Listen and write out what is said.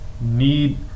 need